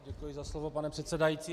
Děkuji za slovo, pane předsedající.